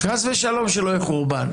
חס ושלום, שלא יהיה חורבן.